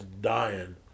dying